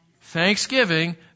thanksgiving